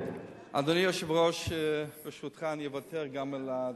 אדוני היושב-ראש, ברשותך, אני אוותר גם על הדקה.